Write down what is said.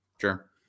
Sure